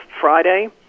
Friday